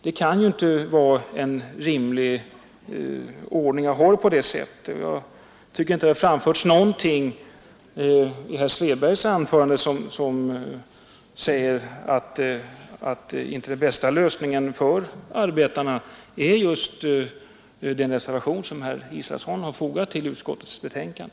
Det kan ju inte vara en rimlig ordning. Jag tycker inte att det finns någonting i herr Svedbergs anförande som säger annat än att den bästa lösningen för arbetarna är just i enlighet med den reservation som herr Israelsson har fogat till utskottets betänkande.